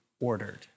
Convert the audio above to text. ordered